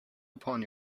upon